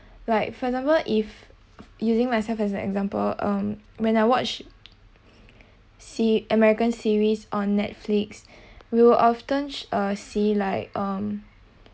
like for example if using myself as an example um when I watch se~ american series on netflix will often uh see like um